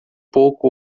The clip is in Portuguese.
pouco